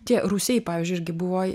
tie rūsiai pavyzdžiui irgi buvo